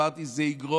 אמרתי: זה יגרום,